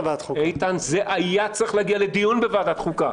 איתן, זה היה צריך להגיע לדיון בוועדת חוקה.